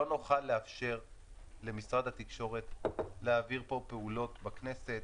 לא נוכל לאפשר למשרד התקשורת להעביר פה פעולות בכנסת.